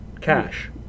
cash